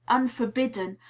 unforbidden,